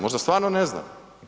Možda stvarno ne znaju?